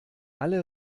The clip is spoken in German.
alle